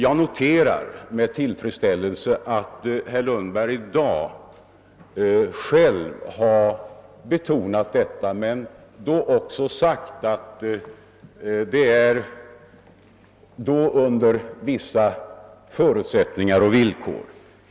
Jag noterar med tillfredsställelse att herr Lundberg i dag själv har betonat detta, men han har då också sagt att det är under vissa förutsättningar och villkor.